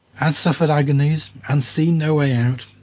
and suffered agonies, and seen no way out